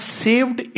saved